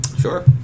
Sure